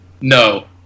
No